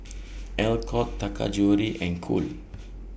Alcott Taka Jewelry and Cool